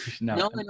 no